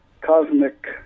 cosmic